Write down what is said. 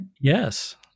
Yes